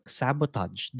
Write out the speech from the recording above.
sabotage